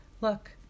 look